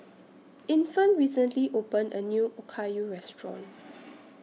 Infant recently opened A New Okayu Restaurant